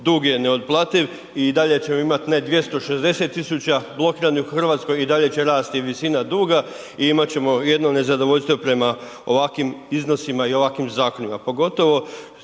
dug je neotplativ i dalje ćemo imati ne 260 tisuća blokiranih u Hrvatskoj i dalje će rasti visina duga i imati ćemo jedno nezadovoljstvo prema ovakvim iznosima i ovakvim zakonima.